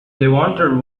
levanter